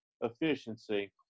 efficiency